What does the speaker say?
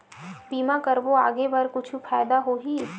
बीमा करबो आगे बर कुछु फ़ायदा होही?